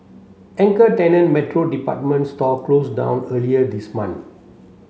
anchor tenant Metro department store closed down earlier this month